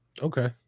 Okay